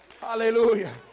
Hallelujah